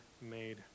made